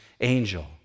angel